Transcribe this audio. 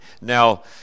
Now